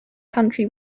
country